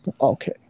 Okay